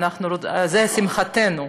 זה שמחתנו,